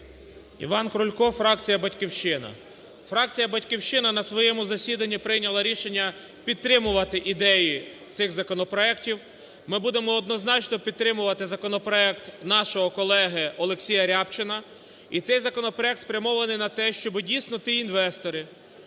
ІванКрулько, фракція "Батьківщина". Фракція "Батьківщина" на своєму засіданні прийняла рішення підтримувати ідеї цих законопроектів. Ми будемо однозначно підтримувати законопроект нашого колеги Олексія Рябчина. І цей законопроект спрямований на те, щоб, дійсно, ті інвестори,